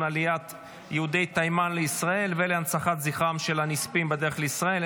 עליית יהודי תימן לישראל ולהנצחת זכרם של הנספים בדרך לישראל,